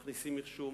מכניסים מחשוב,